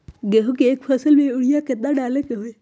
गेंहू के एक फसल में यूरिया केतना डाले के होई?